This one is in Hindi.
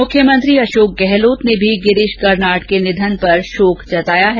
मुख्यमंत्री अशोक गहलोत ने भी गिरीश कर्नाड के निधन पर शोक व्यक्त किया है